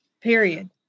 period